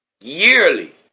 yearly